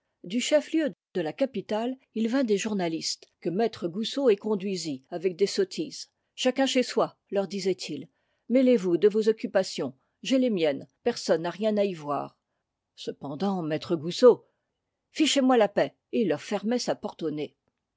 du chef-lieu de la capitale il vint des journalistes que maître goussot éconduisit avec des sottises chacun chez soi leur disait-il mêlez-vous de vos occupations j'ai les miennes personne n'a rien à y voir cependant maître goussot fichez-moi la paix et il leur fermait sa porte au nez